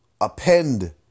append